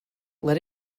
let